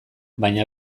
baina